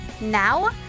now